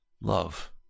love